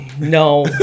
no